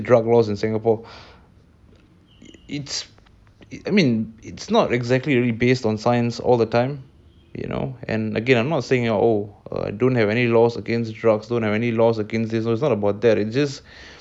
drug laws in singapore it's it I mean it's not exactly based on science all the time you know and again I'm not saying oh err don't have any laws against drugs don't have any laws against this was not about that it's just